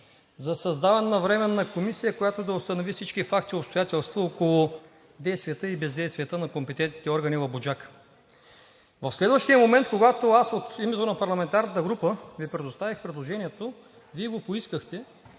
за създаване на Временна комисия, която да установи всички факти и обстоятелства около действията и бездействията на компетентните органи в „Буджака“. В следващия момент, когато аз от името на парламентарната група Ви предоставих предложението, Вие го поискахте,